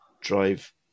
drive